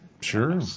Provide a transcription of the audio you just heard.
Sure